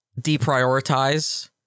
deprioritize